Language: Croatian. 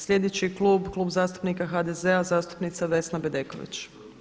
Sljedeći klub je Klub zastupnika HDZ-a i zastupnica Vesna Bedeković.